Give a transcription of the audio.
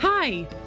Hi